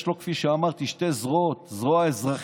יש לו, כפי שאמרתי, שתי זרועות: זרוע אזרחית